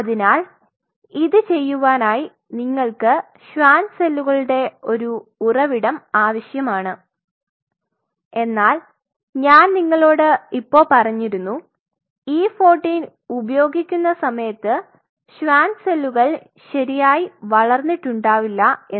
അതിനാൽ ഇത് ചെയ്യുവാനായി നിങ്ങൾക്ക് ഷ്വാർ സെല്ലുകളുടെ ഒരു ഉറവിടം ആവശ്യമാണ് എന്നാൽ ഞാൻ നിങ്ങളോട് ഇപ്പൊ പറഞ്ഞിരുന്നു E14 ഉപയോഗിക്കുന്ന സമയത്ത് ഷ്വാർ സെല്ലുകൾ ശരിയായി വളർന്നിട്ടുണ്ടാവില്ല എന്ന്